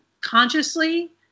consciously